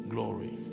Glory